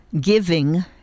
giving